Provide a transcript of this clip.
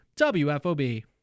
WFOB